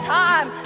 time